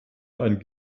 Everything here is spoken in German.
ein